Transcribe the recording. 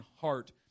heart